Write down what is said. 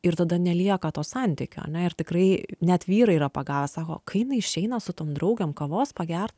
ir tada nelieka to santykio ane ir tikrai net vyrai yra pagavę sako kai jinai išeina su tom draugėm kavos pagert